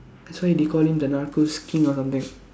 that's why they call him the Narcos King or something